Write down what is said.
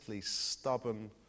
stubborn